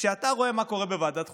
כשאתה רואה מה קורה בוועדת חוקה,